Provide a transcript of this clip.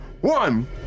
one